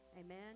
Amen